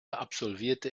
absolvierte